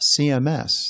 CMS